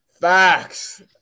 Facts